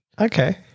Okay